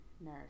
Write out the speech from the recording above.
nurse